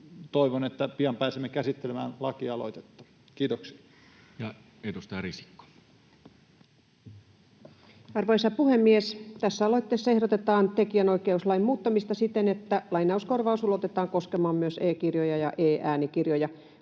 toivon, että pian pääsemme käsittelemään lakialoitetta. — Kiitoksia. Ja edustaja Risikko. Arvoisa puhemies! Tässä aloitteessa ehdotetaan tekijänoikeuslain muuttamista siten, että lainauskorvaus ulotetaan koskemaan myös e-kirjoja ja e-äänikirjoja.